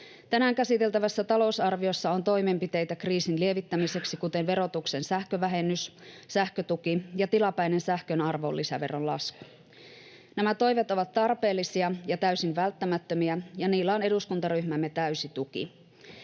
Tänään käsiteltävässä talousarviossa on toimenpiteitä kriisin lievittämiseksi, kuten verotuksen sähkövähennys, sähkötuki ja tilapäinen sähkön arvonlisäveron lasku. Nämä toimet ovat tarpeellisia ja täysin välttämättömiä, ja niillä on eduskuntaryhmämme täysi tuki.